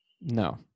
No